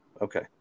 Okay